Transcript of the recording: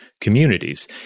communities